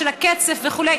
של הכסף וכו'.